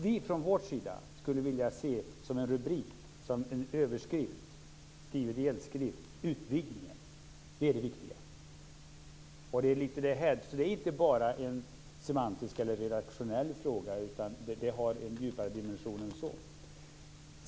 Vi skulle från vår sida som en rubrik vilja se utvidgningen skriven i eldskrift. Det är inte bara en semantisk eller redaktionell fråga, utan det har en djupare dimension än så.